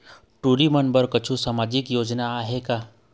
टूरी बन बर कछु सामाजिक योजना आहे का?